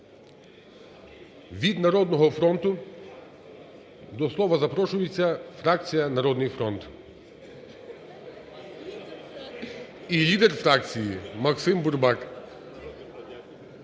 Від "Народного фронту"… До слова запрошується фракція "Народний фронт" і лідер фракції Максим Бурбак.